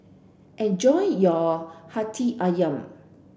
enjoy your Hati Ayam